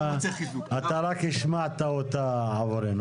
אתה רק השמעת אותה עבורנו.